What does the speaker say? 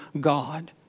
God